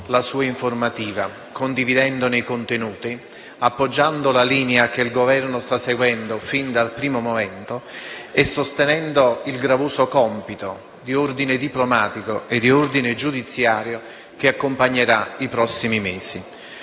la sua informativa condividendone i contenuti, appoggiando la linea che il Governo sta seguendo sin dal primo momento e sostenendo il gravoso compito di ordine diplomatico e giudiziario che accompagnerà i prossimi mesi.